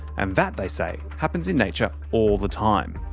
and that, they say, happens in nature all the time.